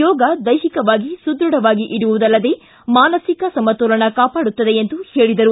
ಯೋಗ ದೈಹಿಕವಾಗಿ ಸುದೃಢವಾಗಿ ಇಡುವುದಲ್ಲದೇ ಮಾನಸಿಕ ಸಮತೋಲನ ಕಾಪಾಡುತ್ತದೆ ಎಂದು ಹೇಳಿದರು